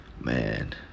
Man